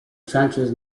trenches